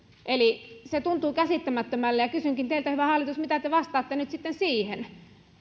se tuntuu käsittämättömälle ja kysynkin teiltä hyvä hallitus mitä te vastaatte nyt siihen